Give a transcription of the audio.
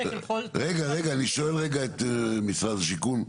אני שואל את משרד השיכון,